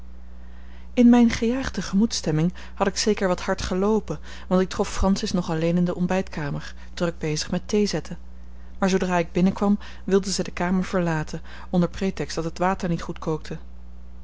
in mijne gejaagde gemoedsstemming had ik zeker wat hard geloopen want ik trof francis nog alleen in de ontbijtkamer druk bezig met thee zetten maar zoodra ik binnenkwam wilde zij de kamer verlaten onder pretext dat het water niet goed kookte